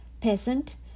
peasant